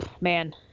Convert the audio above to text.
Man